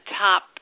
top